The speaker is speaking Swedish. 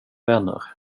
vänner